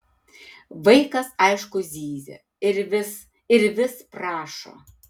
vaikas aišku zyzia ir vis ir vis prašo